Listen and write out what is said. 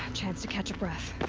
chance to catch a breath.